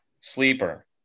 sleeper